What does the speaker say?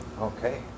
Okay